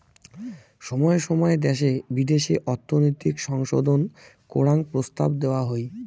সময় সময় দ্যাশে বিদ্যাশে অর্থনৈতিক সংশোধন করাং প্রস্তাব দেওয়া হই